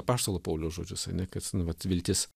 apaštalo pauliaus žodžius ane kad nu vat viltis